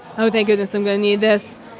oh, thank goodness i'm going to need this.